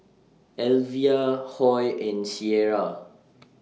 Elvia Hoy and Cierra